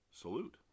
salute